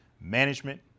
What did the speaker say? management